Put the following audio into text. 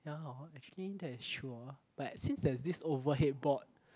ya hor actually that is true hor but since there's this overhead board